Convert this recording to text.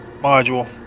module